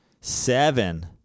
Seven—